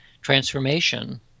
transformation